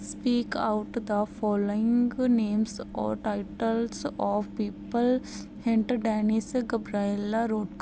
speak out the following names or titles of people hint Dennis ਸਪਰਾਇਲਾਰੂਕ